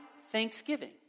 Thanksgiving